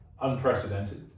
unprecedented